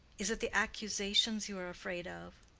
is it the accusations you are afraid of?